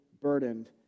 burdened